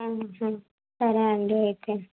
సరే అండి అయితే